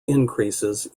increases